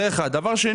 זה דבר אחד.